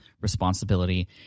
responsibility